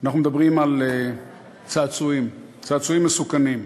אנחנו מדברים על צעצועים, צעצועים מסוכנים.